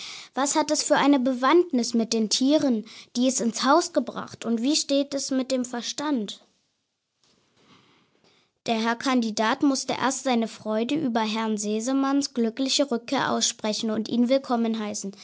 was hat es für eine bewandtnis mit den tieren die es ins haus gebracht und wie steht es mit seinem verstand der herr kandidat musste erst seine freude über herrn sesemanns glückliche rückkehr aussprechen und ihn willkommen heißen